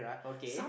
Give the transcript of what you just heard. okay